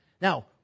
Now